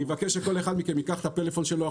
אני מבקש מכם שכל אחד מכם ייקח את הפלאפון שלו,